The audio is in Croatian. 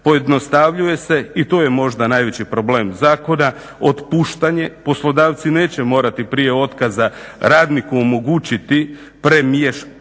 Pojednostavljuje se i tu je možda najveći problem zakona otpuštanje. Poslodavci neće morati prije otkaza radniku omogućiti premještanje